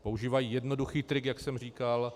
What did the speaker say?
Používají jednoduchý trik, jak jsem říkal.